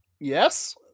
Yes